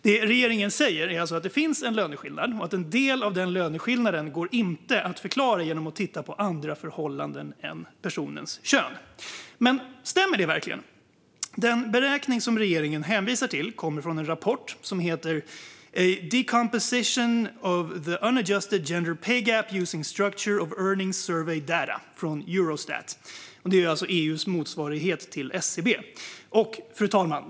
Det regeringen säger är alltså att det finns en löneskillnad och att en del av den inte går att förklara genom att titta på andra förhållanden än personens kön. Men stämmer detta verkligen? Den beräkning som regeringen hänvisar till kommer från rapporten A decomposition of the unadjusted gender pay gap using Structure of Earnings Survey data från Eurostat, EU:s motsvarighet till SCB. Fru talman!